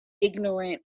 ignorant